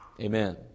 amen